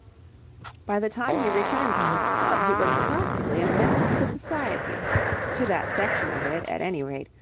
by the time he returned to his club he was practically a menace to society to that section of it, at any rate,